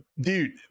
dude